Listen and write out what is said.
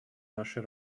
нашей